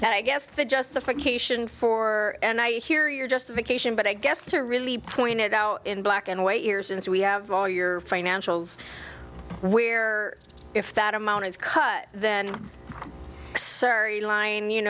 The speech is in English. so i guess the justification for and i hear your justification but i guess to really point it out in black and white years since we have all your financials where if that amount is cut then sir a line you